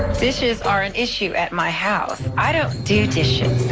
dishes are an issue at my house i don't do dishes.